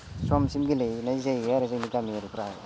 समसिम गेलेनाय जायो आरो जोंनि गामियारिफोरा